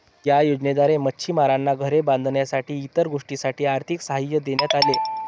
या योजनेद्वारे मच्छिमारांना घरे बांधण्यासाठी इतर गोष्टींसाठी आर्थिक सहाय्य देण्यात आले